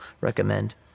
recommend